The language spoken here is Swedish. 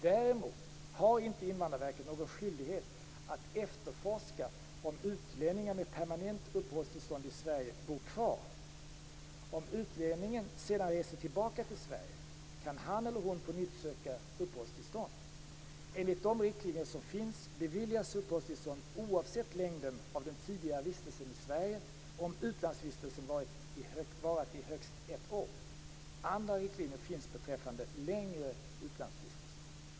Däremot har inte Invandrarverket någon skyldighet att efterforska om utlänningar med permanent uppehållstillstånd i Sverige bor kvar. Om utlänningen sedan reser tillbaka till Sverige kan han eller hon på nytt söka uppehållstillstånd. Enligt de riktlinjer som finns beviljas uppehållstillstånd oavsett längden av den tidigare vistelsen i Sverige om utlandsvistelsen varat i högst ett år. Andra riktlinjer finns beträffande längre utlandsvistelser.